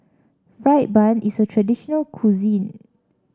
fried bun is a traditional cuisine